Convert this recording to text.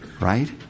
Right